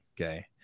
okay